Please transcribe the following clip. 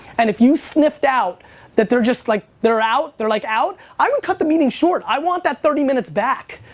and if you sniffed out that just like they're out, they're like out. i would cut the meeting short i want that thirty minutes back,